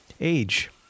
age